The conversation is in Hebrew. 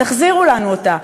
תחזירו לנו אותה.